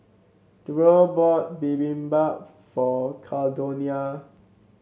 Durrell bought Bibimbap for Caldonia